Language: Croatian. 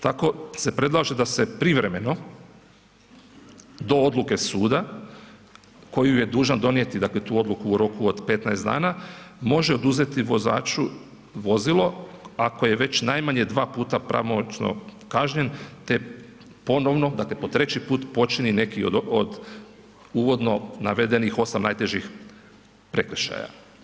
Tako se predlaže da se privremeno do odluke suda koju je dužan donijeti, dakle tu odluku od 15 dana može oduzeti vozaču vozilo ako je već najmanje 2 puta pravomoćno kažnjen te ponovno, dakle po 3 put počini neki od uvodno navedenih 8 najtežih prekršaja.